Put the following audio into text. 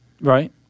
Right